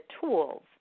tools